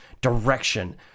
Direction